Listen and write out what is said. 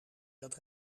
dat